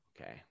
Okay